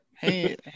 Hey